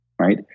right